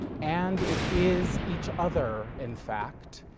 and it is each other in fact,